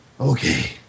Okay